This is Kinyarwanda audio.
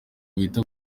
wita